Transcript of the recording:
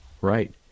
Right